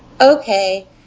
Okay